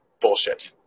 bullshit